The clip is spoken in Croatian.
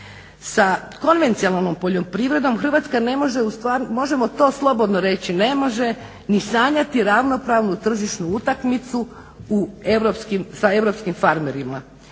Sa konvencionalnom poljoprivredom Hrvatska ne može možemo to slobodno reći ne može ni sanjati ravnopravnu tržišnu utakmicu sa europskim farmerima.